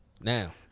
Now